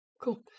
Cool